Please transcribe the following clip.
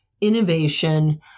innovation